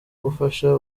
gufasha